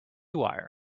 wire